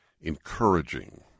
encouraging